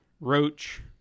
roach